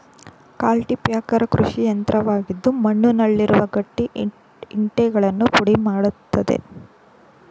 cultipacker ಕೃಷಿಯಂತ್ರವಾಗಿದ್ದು ಮಣ್ಣುನಲ್ಲಿರುವ ಗಟ್ಟಿ ಇಂಟೆಗಳನ್ನು ಪುಡಿ ಮಾಡತ್ತದೆ